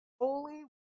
holy